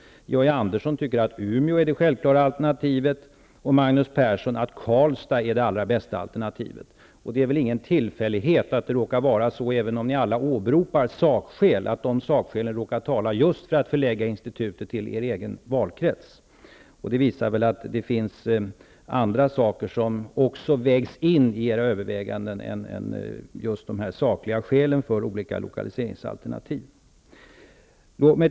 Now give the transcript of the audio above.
Georg Andersson tycker att Umeå är ett självklart alternativ, och Magnus Persson tycker att Karlstad är det bästa alternativet. Det är väl ingen tillfällighet, att även om ni alla åberopar sakskäl, råkar dessa saksäl att tala för att förlägga institutet just till er egen valkrets. Det visar ju att det finns andra saker som också vägs in i era överväganden än just de sakliga skälen för olika lokaliseringsalternativ. Fru talman!